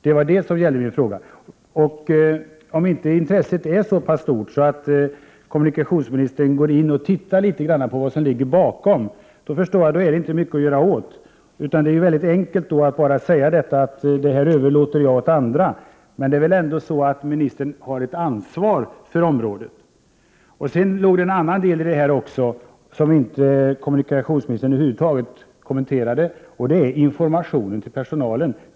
Det var detta som min fråga gällde. Om inte intresset är så stort att kommunikationsministern går in och ser på vad som ligger bakom, förstår jag att det inte är så mycket att göra åt saken. Då är det enkelt att säga att man överlåter det åt andra. Ministern har väl ändå ett ansvar för området. Sedan finns det en annan sida i det hela, som kommunikationsministern över huvud taget inte kommenterade, nämligen informationen till personalen.